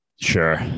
sure